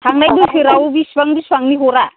थांनाय बोसोराव बिसिबां बिसिबांनि हरा